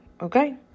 okay